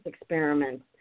experiments